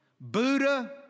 Buddha